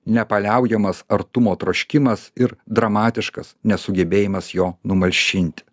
nepaliaujamas artumo troškimas ir dramatiškas nesugebėjimas jo numalšinti